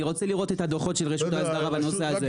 אני רוצה לראות את הדוחות של רשות ההסדרה בנושא הזה.